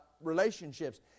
relationships